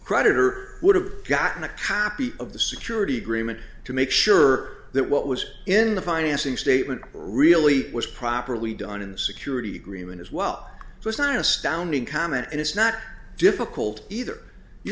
creditor would have gotten a copy of the security agreement to make sure that what was in the financing statement really was properly done in the security agreement as well so it's not an astounding comment and it's not difficult either you